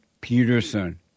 Peterson